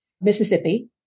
Mississippi